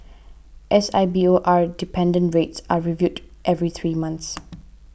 S I B O R dependent rates are reviewed every three months